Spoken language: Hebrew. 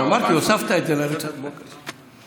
אמרתי: הוספת את זה לריצת הבוקר שלך.